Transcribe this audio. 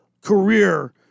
career